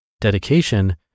Dedication